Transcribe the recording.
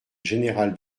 général